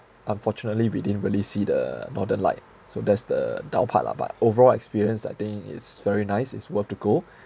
unfortunately we didn't really see the northern light so that's the down part lah but overall experience I think it's very nice it's worth to go